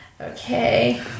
okay